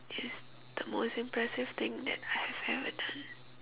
is the most impressive thing that I have ever done